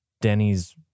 Denny's